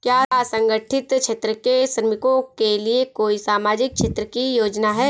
क्या असंगठित क्षेत्र के श्रमिकों के लिए कोई सामाजिक क्षेत्र की योजना है?